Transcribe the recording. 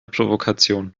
provokation